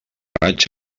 raig